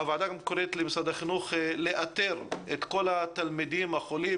הוועדה קוראת למשרד החינוך לאתר את כל התלמידים החולים